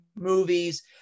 movies